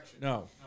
No